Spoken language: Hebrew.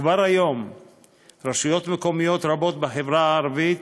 כבר היום רשויות מקומיות רבות בחברה הערבית